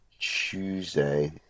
Tuesday